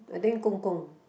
I think 公公:Gong-Gong